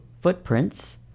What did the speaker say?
footprints